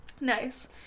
Nice